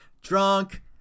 Drunk